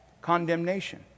condemnation